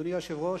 אדוני היושב-ראש,